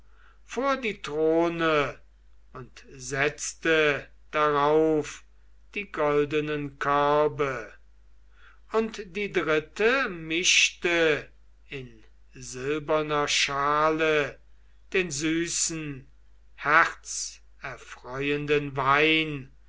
vor die throne und setzte darauf die goldenen körbe und die dritte mischte in silberner schale den süßen herzerfreuenden wein